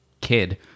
kid